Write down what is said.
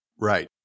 Right